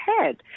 ahead